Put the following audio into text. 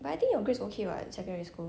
but I think your grades okay [what] in secondary school